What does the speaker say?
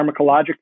pharmacologic